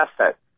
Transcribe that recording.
asset